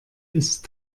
ist